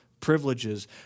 privileges